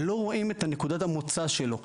לא רואים את נקודת המוצא שלו,